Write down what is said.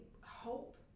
hope